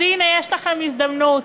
אז הנה, יש לכם הזדמנות,